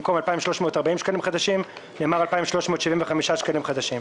במקום "2,340 שקלים חדשים" נאמר "2,375 שקלים חדשים".